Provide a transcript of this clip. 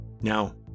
Now